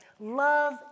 Love